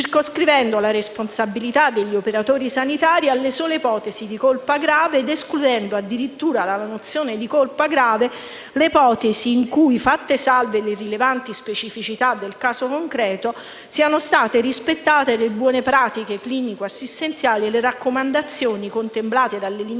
circoscrivendo la responsabilità degli operatori sanitari alle sole ipotesi di colpa grave ed escludendo addirittura dalla nozione di colpa grave le ipotesi in cui, fatte salve le rilevanti specificità del caso concreto, siano state rispettate le buone pratiche clinico assistenziali e le raccomandazioni contemplate dalle linee